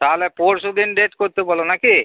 তাহলে পরশু দিন ডেট করতে বলো নাকি